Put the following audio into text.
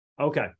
okay